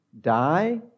die